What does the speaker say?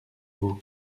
vaux